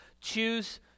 choose